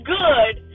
good